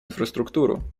инфраструктуру